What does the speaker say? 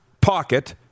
pocket